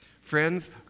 Friends